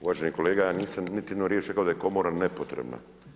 Uvaženi kolega, ja nisam niti jednu riječ rekao da je komora nepotrebna.